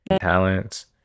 talents